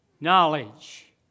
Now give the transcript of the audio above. knowledge